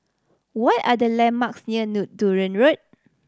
what are the landmarks near Dunearn Road